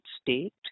state